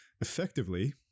effectively